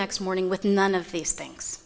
next morning with none of these things